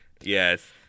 Yes